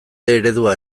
eredua